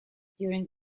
during